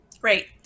Great